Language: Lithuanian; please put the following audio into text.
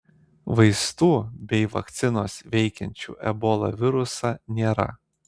vaistų bei vakcinos veikiančių ebola virusą nėra